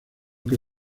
que